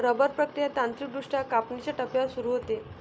rubber प्रक्रिया तांत्रिकदृष्ट्या कापणीच्या टप्प्यावर सुरू होते